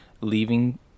leaving